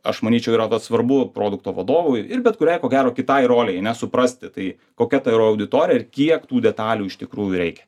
aš manyčiau yra tas svarbu produkto vadovui ir bet kuriai ko gero kitai rolei ane suprasti tai kokia ta yra auditorija ir kiek tų detalių iš tikrųjų reikia